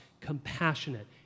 compassionate